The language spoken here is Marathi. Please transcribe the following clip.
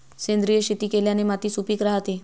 सेंद्रिय शेती केल्याने माती सुपीक राहते